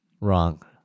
wrong